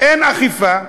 אין אכיפה,